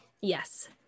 Yes